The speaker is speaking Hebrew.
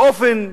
באופן מובנה,